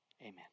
Amen